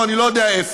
או אני לא יודע איפה.